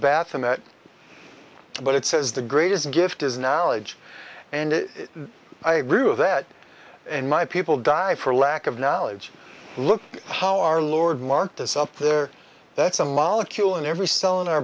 bath and that what it says the greatest gift is analogy and i agree with that in my people die for lack of knowledge look how our lord mark this up there that's a molecule in every cell in our